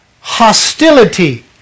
hostility